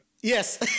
Yes